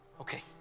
okay